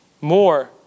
more